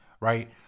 right